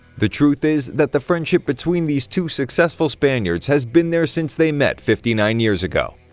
the truth is that the friendship between these two successful spaniards has been there since they met fifty nine years ago.